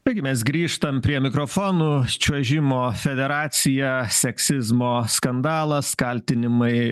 taigi mes grįžtam prie mikrofonų čiuožimo federacija seksizmo skandalas kaltinimai